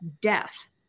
death